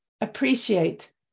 appreciate